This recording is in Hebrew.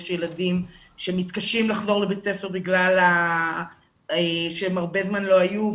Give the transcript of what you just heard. יש ילדים שמתקשים לחזור לבית הספר בגלל שהם הרבה זמן לא היו,